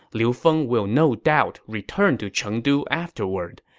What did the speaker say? liu feng will no doubt return to chengdu afterward,